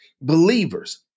believers